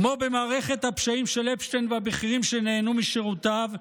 כמו במערכת הפשעים של אפשטיין והבכירים שנהנו משירותיו,